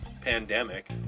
pandemic